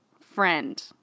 friend